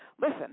Listen